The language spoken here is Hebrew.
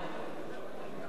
(קוראת בשמות חברי